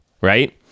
right